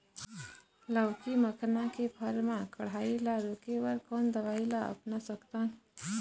लाउकी मखना के फर मा कढ़ाई ला रोके बर कोन दवई ला अपना सकथन?